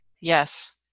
Yes